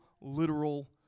literal